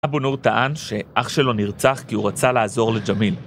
אבו נור טען שאח שלו נרצח כי הוא רצה לעזור לג'מיל.